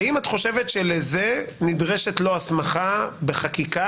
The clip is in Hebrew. האם את חושבת שלזה נדרשת לו הסמכה בחקיקה